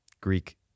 Greek